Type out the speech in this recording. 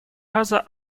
газа